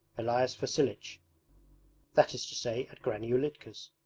elias vasilich that is to say at granny ulitka's.